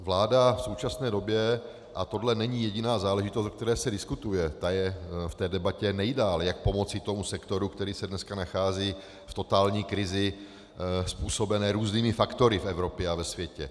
Vláda v současné době a tohle není jediná záležitost, o které se diskutuje, ta je v té debatě nejdál, jak pomoci tomu sektoru, který se dneska nachází v totální krizi způsobené různými faktory v Evropě a ve světě.